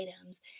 items